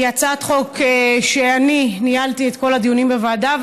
היא הצעת חוק שאני ניהלתי את כל הדיונים בה בוועדה,